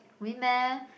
win meh